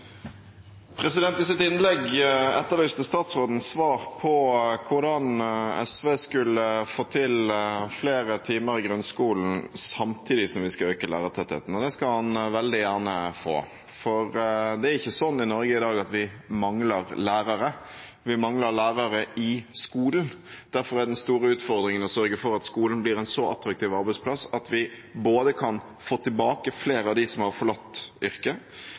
I sitt innlegg etterlyste statsråden svar på hvordan SV skulle få til flere timer i grunnskolen samtidig som vi vil øke lærertettheten. Det skal han veldig gjerne få vite. Det er ikke slik i Norge i dag at vi mangler lærere; vi mangler lærere i skolen. Derfor er det en stor utfordring å sørge for at skolen blir en så attraktiv arbeidsplass at vi både kan få tilbake flere av dem som har forlatt yrket,